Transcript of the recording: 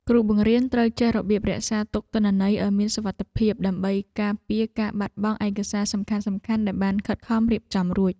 គ្រូបង្រៀនត្រូវចេះរបៀបរក្សាទុកទិន្នន័យឱ្យមានសុវត្ថិភាពដើម្បីការពារការបាត់បង់ឯកសារសំខាន់ៗដែលបានខិតខំរៀបចំរួច។